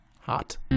hot